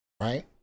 right